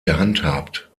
gehandhabt